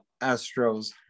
Astros